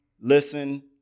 listen